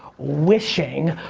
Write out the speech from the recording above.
wishing,